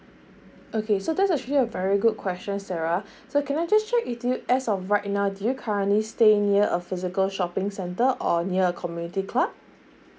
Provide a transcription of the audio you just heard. okay so that's actually a very good question sarah so can I just check with you as of right now do you currently stay near a physical shopping centre or near a community club